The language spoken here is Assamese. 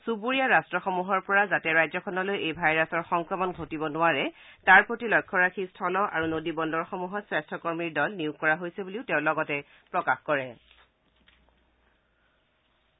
চুবুৰীয়া ৰাট্টসমূহৰ পৰা যাতে ৰাজ্যখনলৈ এই ভাইৰাছৰ সংক্ৰমণ ঘটিব নোৱাৰে তাৰ প্ৰতি লক্ষ্য ৰাখি স্থল আৰু নদী বন্দৰসমূহত স্বাস্থ্য কৰ্মীৰ দল নিয়োগ কৰা হৈছে বুলিও তেওঁ লগতে জানিবলৈ দিয়ে